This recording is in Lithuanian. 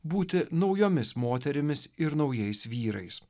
būti naujomis moterimis ir naujais vyrais